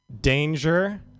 danger